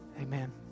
Amen